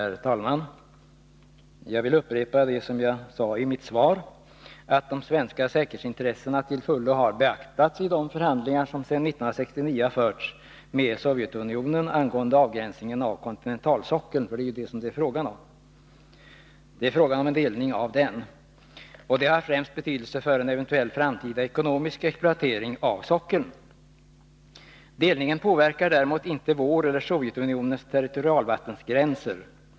Herr talman! Jag vill upprepa vad jag sade i mitt svar, nämligen att de svenska säkerhetsintressena till fullo har beaktats i de förhandlingar som sedan 1969 har förts med Sovjetunionen angående avgränsningen av kontinentalsockeln, för det är ju den avgränsningen som det är fråga om. Hur kontinentalsockeln delas upp har betydelse främst för en eventuell framtida exploatering av sockeln. Delningen påverkar däremot inte våra eller Sovjetunionens territorialvattengränser.